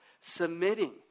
submitting